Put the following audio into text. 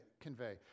convey